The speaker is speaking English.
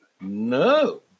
no